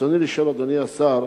ברצוני לשאול, אדוני השר: